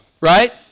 right